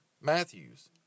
Matthews